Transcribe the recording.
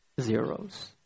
zeros